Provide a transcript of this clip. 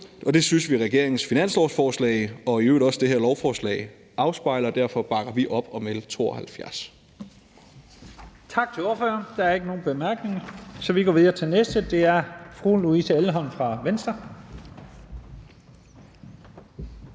på. Det synes vi at regeringens finanslovsforslag og i øvrigt også det her lovforslag afspejler, og derfor bakker vi op om L 72.